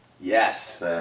Yes